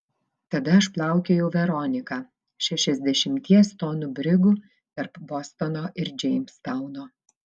tada aš plaukiojau veronika šešiasdešimties tonų brigu tarp bostono ir džeimstauno